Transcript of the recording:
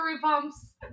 pumps